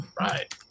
Right